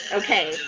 okay